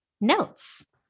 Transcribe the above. notes